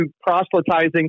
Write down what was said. proselytizing